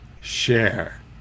Share